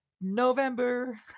november